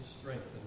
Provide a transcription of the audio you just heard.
strengthen